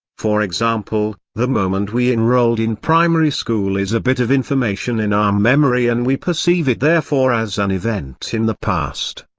for example, the moment we enrolled in primary school is a bit of information in our memory and we perceive it therefore as an event in the past.